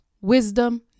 wisdom